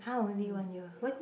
[huh] only one year